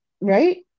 right